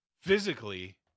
physically